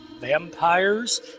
vampires